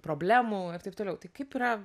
problemų ir taip toliau tai kaip yra